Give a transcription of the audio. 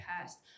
past